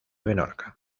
menorca